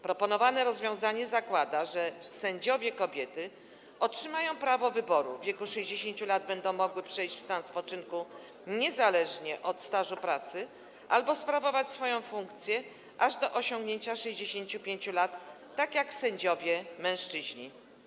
Proponowane rozwiązanie zakłada, że sędziowie kobiety otrzymają prawo wyboru: w wieku 60 lat będą mogły przejść w stan spoczynku niezależnie od stażu pracy albo sprawować swoją funkcję aż do osiągnięcia 65 lat, tak jak sędziowie mężczyźni.